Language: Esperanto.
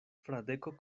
fradeko